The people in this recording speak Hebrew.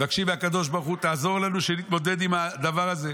הם מבקשים מהקדוש ברוך הוא: תעזור לנו שנתמודד עם הדבר הזה.